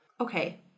okay